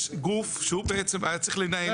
יש גוף שהוא בעצם היה צריך לנהל.